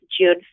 June